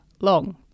long